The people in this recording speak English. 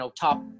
top